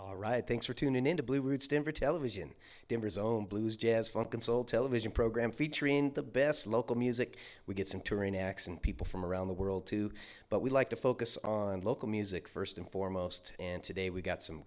all right thanks for tuning into bluebirds denver television denver's own blues jazz funk and soul television program featuring the best local music we get some touring acts and people from around the world too but we'd like to focus on local music first and foremost and today we got some